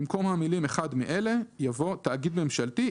במקום המילים "אחד מאלה:" יבוא "תאגיד ממשלתי,